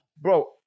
bro